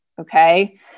okay